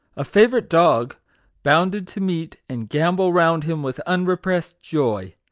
a favourite dog bounded to meet and gambol round him with unrepressed joy.